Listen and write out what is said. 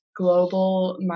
global